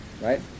right